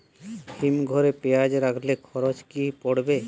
হিম ঘরে পেঁয়াজ রাখলে খরচ কি পড়বে?